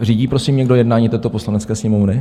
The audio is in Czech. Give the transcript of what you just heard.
Řídí prosím někdo jednání této Poslanecké sněmovny?